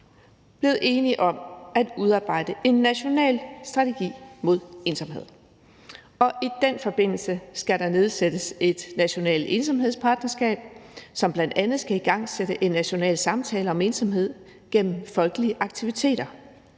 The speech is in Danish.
blevet enige om at udarbejde en national strategi mod ensomhed. Og i den forbindelse skal der nedsættes et nationalt ensomhedspartnerskab, som bl.a. skal igangsætte en national samtale om ensomhed gennem folkelige aktiviteter.